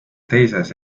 teises